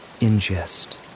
ingest